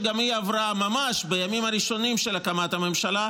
שגם היא עברה ממש בימים הראשונים של הקמת הממשלה,